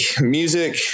music